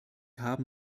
haben